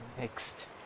next